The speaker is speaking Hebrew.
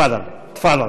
תפאדל.